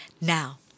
Now